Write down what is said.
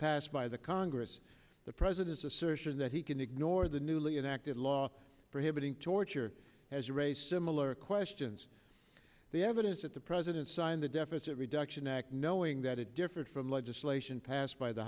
passed by the congress the president's assertion that he can ignore the newly enacted law prohibiting torture has or a similar questions the evidence that the president signed the deficit reduction act knowing that it differed from legislation passed by the